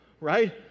Right